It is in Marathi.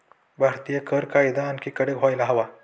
भारतीय कर कायदा आणखी कडक व्हायला हवा